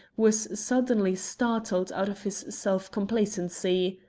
was suddenly startled out of his self-complacency.